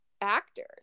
actors